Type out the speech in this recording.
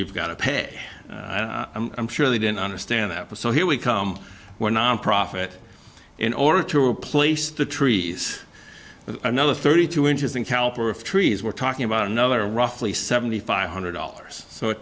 you've got to pay them surely didn't understand that but so here we come we're nonprofit in order to replace the trees with another thirty two inches in caliper of trees we're talking about another roughly seventy five hundred dollars so it